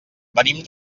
venim